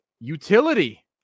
utility